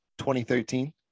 2013